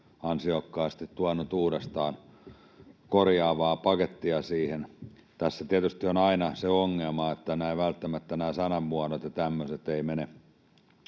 ansiokkaasti tuonut uudestaan korjaavaa pakettia siihen. Tässä tietysti on aina se ongelma, että nämä sanamuodot ja tämmöiset eivät mene